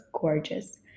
gorgeous